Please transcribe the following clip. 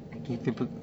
okay can